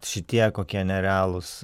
šitie kokie nerealūs